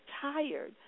tired